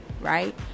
right